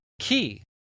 key